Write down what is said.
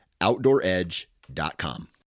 OutdoorEdge.com